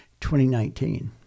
2019